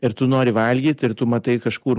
ir tu nori valgyt ir tu matai kažkur